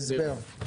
הסבר.